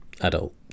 adult